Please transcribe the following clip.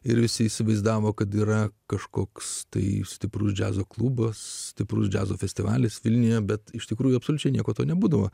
ir visi įsivaizdavo kad yra kažkoks tai stiprus džiazo klubas stiprus džiazo festivalis vilniuje bet iš tikrųjų absoliučiai nieko to nebūdavo